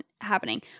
happening